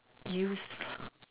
use